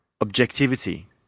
objectivity